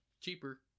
cheaper